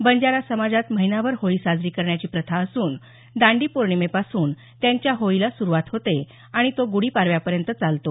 बंजारा समाजात महिनाभर होळी साजरी करण्याची प्रथा असून दांडी पौर्णिमेपासून त्यांच्या होळीला सुरुवात होते आणि तो गुडीपाडव्यापर्यंत चालतो